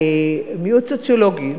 מיעוט סוציולוגי.